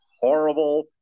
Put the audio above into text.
horrible